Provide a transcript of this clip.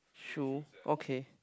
shoe okay